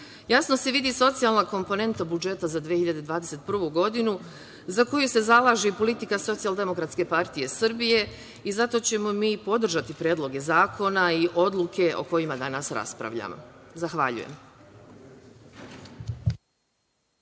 jasno se vidi socijalna komponenta budžeta za 2021. godinu, za koju se zalaže i politika SDPS.Zato ćemo mi podržati predloge zakona i odluke o kojima danas raspravljamo. Zahvaljujem.